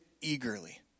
eagerly